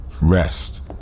rest